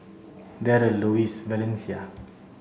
Darryle Lois Valencia